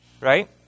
right